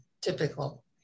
typical